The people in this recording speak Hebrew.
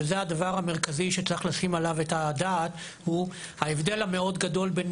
אני חושב שהדבר המרכזי שצריך לתת עליו את הדעת הוא ההבדל המאוד גדול בין